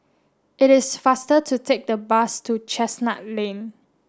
it is faster to take the bus to Chestnut Lane